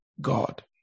God